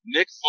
Nick